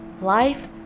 life